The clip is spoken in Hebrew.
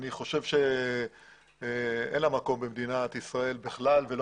אני חושב שאין לה מקום במדינת ישראל בכלל ולא